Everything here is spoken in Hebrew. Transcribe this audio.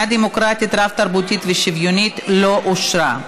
דמוקרטית רב-תרבותית ושוויונית לא אושרה.